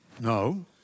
No